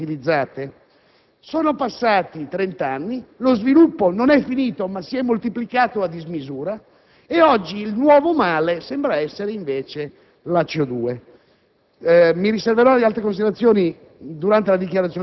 Ora, chi leggesse quel rapporto, si accorgerebbe che la fine dello sviluppo era un titolo eclatante rispetto alla segnalazione di un problema che ci indicava come le risorse naturali debbano essere meglio utilizzate.